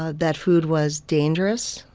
ah that food was dangerous.